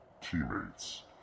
Teammates